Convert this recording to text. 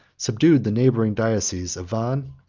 subdued the neighboring dioceses of vannes,